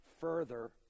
further